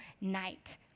night